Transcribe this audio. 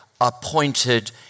appointed